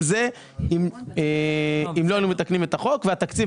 זה אם לא היינו מתקנים את החוק והתקציב